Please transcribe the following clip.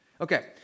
Okay